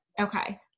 Okay